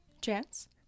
Chance